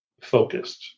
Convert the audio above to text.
focused